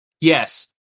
yes